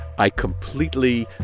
i completely